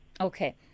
Okay